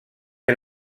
que